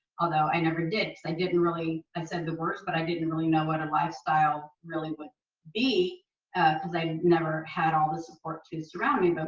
although i never did. i didn't really, i said the words, but i didn't really know what a lifestyle really would be because i never had all the support to surround me. but